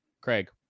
Craig